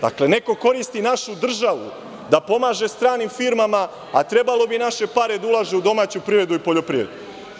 Dakle, neko koristi našu državu da pomaže stranim firmama, a trebalo bi naše pare da ulaže u domaću privredu i poljoprivredu.